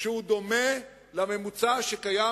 שדומה לממוצע שקיים